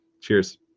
cheers